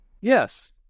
Yes